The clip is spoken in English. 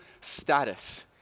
status